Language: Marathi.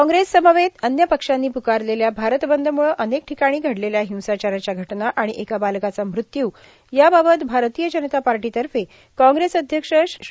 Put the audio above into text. काँग्रेस समवेत अन्य पक्षांनी प्रकारलेल्या भारत बंद मुळं अनेक ठिकाणी घडलेल्या हिंसाचाराच्या घटना आणि एका बालकाचा मृत्यू या बाबत भारतीय जनता पार्टीतर्फे काँग्रेस अध्यक्ष श्री